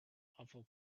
awful